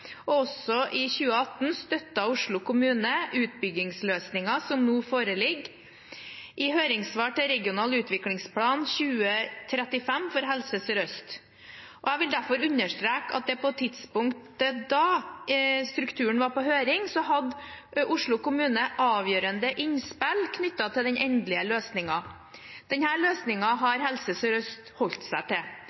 Også i 2018 støttet Oslo kommune utbyggingsløsningen som nå foreligger, i høringssvar til regional utviklingsplan 2035 for Helse Sør-Øst. Jeg vil derfor understreke at på det tidspunkt da strukturen var på høring, hadde Oslo kommune avgjørende innspill knyttet til endelig løsning. Denne løsningen har Helse Sør-Øst holdt seg til.